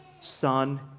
Son